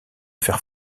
faire